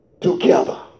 together